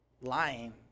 lying